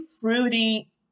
fruity